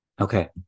Okay